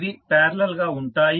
ఇవి పారలల్ గా ఉంటాయి